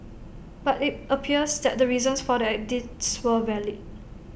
but IT appears that the reasons for the edits were valid